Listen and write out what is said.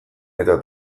eta